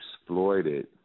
exploited